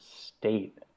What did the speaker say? state